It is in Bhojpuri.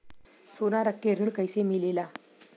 सोना रख के ऋण कैसे मिलेला?